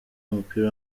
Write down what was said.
w’umupira